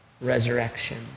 resurrection